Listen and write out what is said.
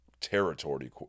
territory